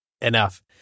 Enough